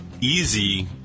easy